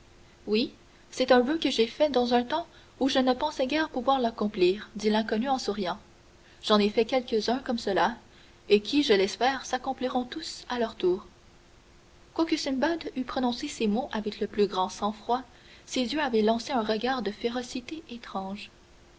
oui c'est un voeu que j'ai fait dans un temps où je ne pensais guère pouvoir l'accomplir dit l'inconnu en souriant j'en ai fait quelques-uns comme cela et qui je l'espère s'accompliront tous à leur tour quoique simbad eût prononcé ces mots avec le plus grand sang-froid ses yeux avaient lancé un regard de férocité étrange